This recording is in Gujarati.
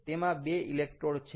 તેમાં બે ઇલેક્ટ્રોડ છે